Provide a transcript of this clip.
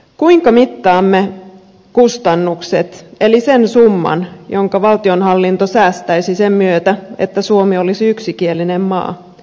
kuinka mittaamme kustannukset eli sen summan jonka valtionhallinto säästäisi sen myötä että suomi olisi yksikielinen maa